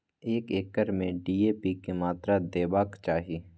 एक एकड़ में डी.ए.पी के मात्रा देबाक चाही?